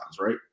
right